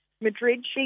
Madrid